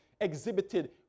exhibited